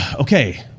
Okay